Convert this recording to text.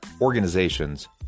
organizations